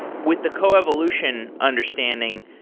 with the coevolution understanding,